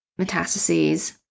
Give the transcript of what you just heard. metastases